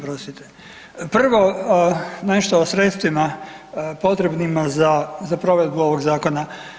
Prvo, nešto o sredstvima potrebnima za, za provedbu ovog zakona.